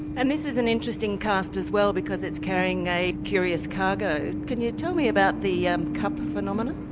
and this is an interesting cast as well because it's carrying a curious cargo. can you tell me about the um cup phenomenon?